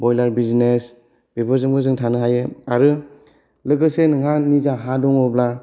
बयलार बिजनेस बेफोरजोंबो जोङो थानो हायो आरो लोगोसे नोंहा निजा हा दङब्ला